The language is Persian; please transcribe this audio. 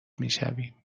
میشویم